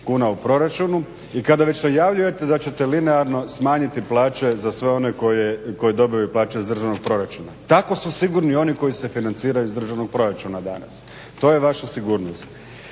kuna u proračunu i kada već najavljujete da ćete linearno smanjiti plaće za sve one koje dobiju plaće iz državnih proračuna. Tako su sigurni oni koji se financiraju iz Državnog proračuna danas. To je vaša sigurnost.